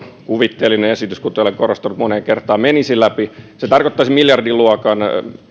kuvitteellinen esitys kuten olen korostanut moneen kertaan menisi läpi se tarkoittaisi miljardiluokan